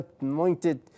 anointed